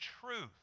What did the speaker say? truth